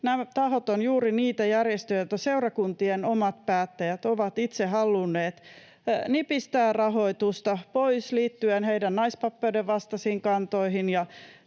nämä tahot ovat juuri niitä järjestöjä, joilta seurakuntien omat päättäjät ovat itse halunneet nipistää rahoitusta pois liittyen heidän naispappeuden vastaisiin kantoihin